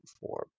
form